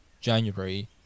January